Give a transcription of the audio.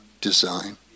design